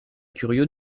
curieux